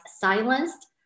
silenced